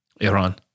Iran